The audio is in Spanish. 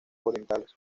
orientales